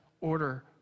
order